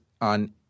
on